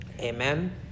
Amen